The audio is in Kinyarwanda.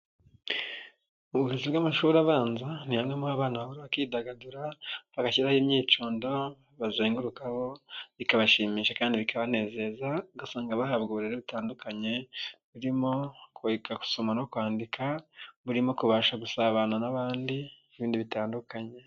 Uburezi bw'amashuri abanza, ni hamwe mu ho abana bahura bakidagadura, bagashyiraho imyicundo bazengurukaho, bikabashimisha kandi bikanezeza, ugasanga bahabwa uburere butandukanye, buririmo gusoma no kwandika, burimo kubasha gusabana n'abandi n'ibindi bitandukanye.